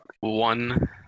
one